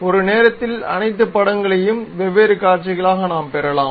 ஒரு நேரத்தில் அனைத்து படங்களையும் வெவ்வேறு காட்சிகளாக நாம் பெறலாம்